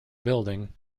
building